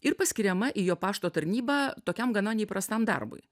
ir paskiriama į jo pašto tarnybą tokiam gana neįprastam darbui